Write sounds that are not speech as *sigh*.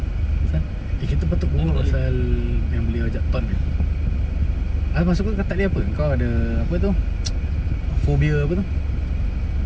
apa sia eh kita patut berbual pasal yang boleh ajak punya eh maksud ku kau takleh apa engkau ada apa tu *noise* phobia apa tu